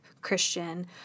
Christian